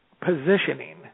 positioning